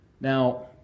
Now